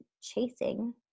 chasing